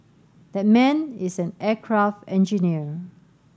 that man is an aircraft engineer